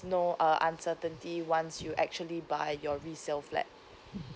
no uh uncertainty once you actually buy your resale flat